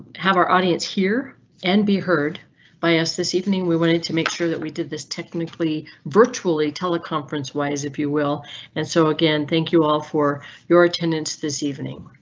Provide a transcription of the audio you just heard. have our audience here and be heard by us this evening. we wanted to make sure that we did this technically virtually teleconference wise if you will and so again thank you all for your attendance this evening.